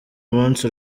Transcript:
munsi